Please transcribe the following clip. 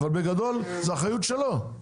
אבל בגדול זו אחריות שלו.